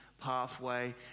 pathway